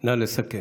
נא לסכם.